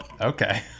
Okay